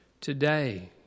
today